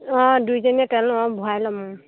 অঁ দুইজনী তেল অলপ ভৰাই ল'ম